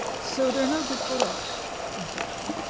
so there are no good photo ops in sochi.